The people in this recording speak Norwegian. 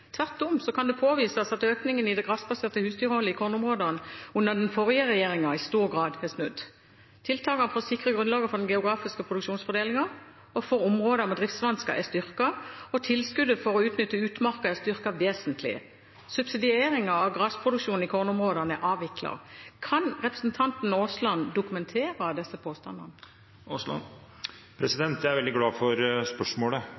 Tvert om kan det påvises at økningen i det grasbaserte husdyrholdet i kornområdene under den forrige regjeringen i stor grad har snudd. Tiltakene for å sikre grunnlaget for den geografiske produksjonsfordelingen og for områder med driftsvansker er styrket, og tilskuddet for å utnytte utmarka er styrket vesentlig. Subsidieringen av grasproduksjonen i kornområdene er avviklet. Kan representanten Aasland dokumentere disse påstandene? Jeg er veldig glad for spørsmålet.